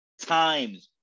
times